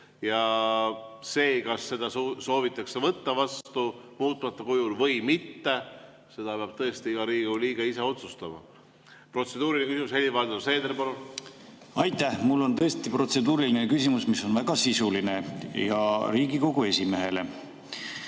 Ja seda, kas seda soovitakse võtta vastu muutmata kujul või mitte, peab tõesti iga Riigikogu liige ise otsustama. Protseduuriline küsimus, Helir-Valdor Seeder, palun! Aitäh! Mul on tõesti protseduuriline küsimus, mis on väga sisuline ja Riigikogu esimehele.